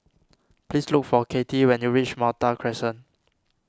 please look for Kathy when you reach Malta Crescent